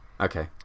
Okay